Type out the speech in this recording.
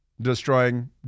destroying